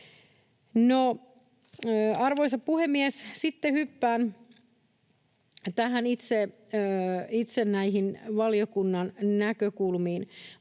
Arvoisa puhemies! Sitten hyppään itse näihin valiokunnan näkökulmiin.